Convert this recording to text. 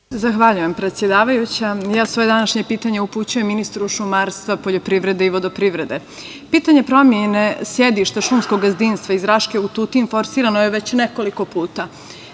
Zahvaljujem, predsedavajuća. Ja svoje današnje pitanje upućujem ministru šumarstva, poljoprivrede i vodoprivrede. Pitanje promene sedišta šumskog gazdinstva iz Raške u Tutin forsirano je već nekoliko puta.